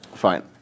fine